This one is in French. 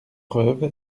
preuve